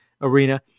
arena